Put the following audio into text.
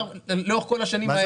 לאורך כל השנים האלה.